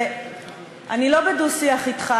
אני לא בדו-שיח אתך.